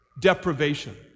deprivation